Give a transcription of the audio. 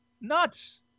Nuts